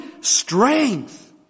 strength